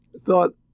thought